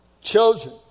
Chosen